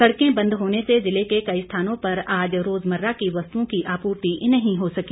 सड़कें बंद होने से ज़िले के कई स्थानों पर आज रोज़मर्रा की वस्तुओं की आपूर्ति नहीं हो सकी